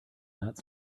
that